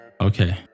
Okay